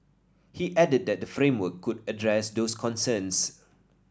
he added that the framework could address those concerns